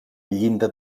llinda